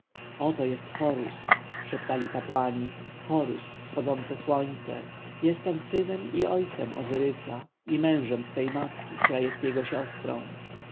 oto jest horus szeptali kapłani horus wschodzące słońce jest on synem i ojcem ozyrysa i mężem swej matki która jest jego siostrą